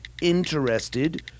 interested